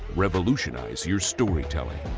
revolutionize your storytelling,